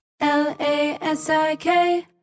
L-A-S-I-K